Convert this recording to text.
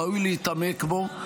ראוי להתעמק בו.